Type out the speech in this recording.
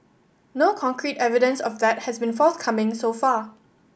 no concrete evidence of that has been forthcoming so far